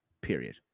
period